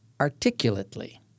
articulately